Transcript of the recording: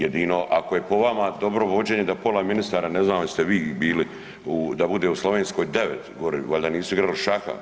Jedino ako je po vama dobro vođenje da pola ministara, ne znam jeste li vi bili, da bude u Slovenskoj 9 gore, valjda nisu igrali šaha.